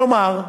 כלומר,